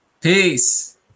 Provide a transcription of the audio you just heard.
Peace